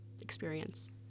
experience